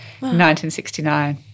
1969